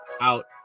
out